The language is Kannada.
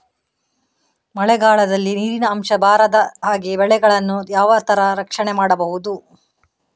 ಮಳೆಗಾಲದಲ್ಲಿ ನೀರಿನ ಅಂಶ ಬಾರದ ಹಾಗೆ ಬೆಳೆಗಳನ್ನು ಯಾವ ತರ ರಕ್ಷಣೆ ಮಾಡ್ಬಹುದು?